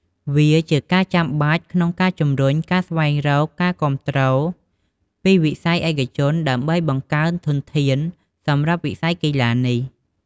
វាជាការចាំបាច់ក្នុងការជំរុញការស្វែងរកការគាំទ្រពីវិស័យឯកជន ដើម្បីបង្កើនធនធានសម្រាប់វិស័យកីឡានេះ។